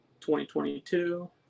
2022